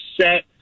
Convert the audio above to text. set